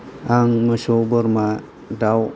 आं मोसौ बोरमा दाउ